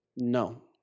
No